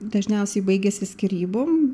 dažniausiai baigiasi skyrybom